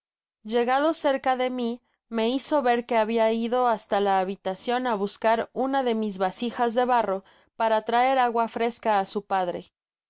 llegado cerca de mi me hizo ver que habia ido hasta la habitacion á buscar una de mis basijas de barro para traer agua fresca á sn padre